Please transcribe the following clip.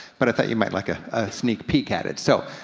but i thought you might like a sneak peak at it. so,